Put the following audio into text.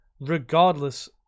regardless